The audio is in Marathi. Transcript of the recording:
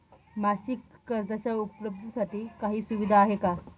मासिक कर्जाच्या उपलब्धतेसाठी काही सुविधा आहे का?